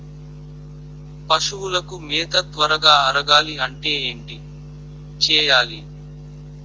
పశువులకు మేత త్వరగా అరగాలి అంటే ఏంటి చేయాలి?